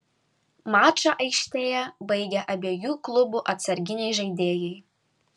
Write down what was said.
mačą aikštėje baigė abiejų klubų atsarginiai žaidėjai